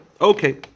Okay